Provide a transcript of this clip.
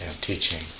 teaching